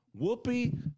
Whoopi